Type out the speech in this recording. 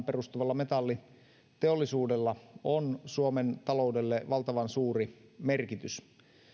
perustuvalla metalliteollisuudella on suomen taloudelle valtavan suuri merkitys